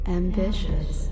ambitious